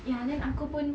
ya then aku pun